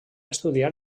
estudiar